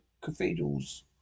cathedrals